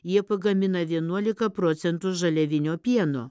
jie pagamina vienuolika procentų žaliavinio pieno